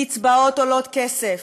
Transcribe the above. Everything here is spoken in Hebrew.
קצבאות עולות כסף,